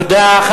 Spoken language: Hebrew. תודה.